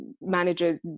managers